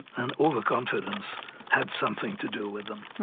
and overconfidence had something to do with them